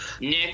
Nick